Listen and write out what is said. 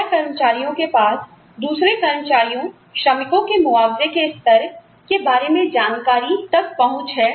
क्या कर्मचारियों के पास दूसरे कर्मचारियोंश्रमिकों के मुआवजे के स्तर के बारे में जानकारी तक पहुंच है